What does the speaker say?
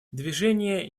движение